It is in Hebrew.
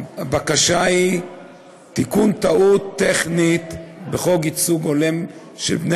הבקשה היא תיקון טעות טכנית בחוק ייצוג הולם של בני